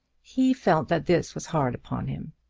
he felt that this was hard upon him.